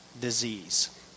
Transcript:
disease